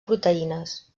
proteïnes